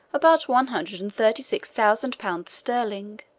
about one hundred and thirty-six thousand pounds sterling.